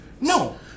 No